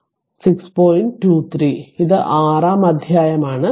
23 ഇത് 6 ാം അധ്യായമാണ്